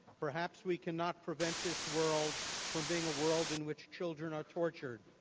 perhaps we cannot prevent this world from being a world in which children are tortured,